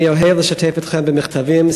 אני אוהב לשתף אתכם במכתבים,